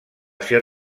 ser